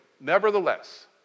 Nevertheless